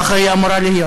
כך היא אמורה להיות.